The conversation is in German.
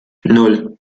nan